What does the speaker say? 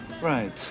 Right